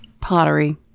Pottery